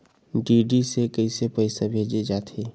DD से कइसे पईसा भेजे जाथे?